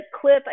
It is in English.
clip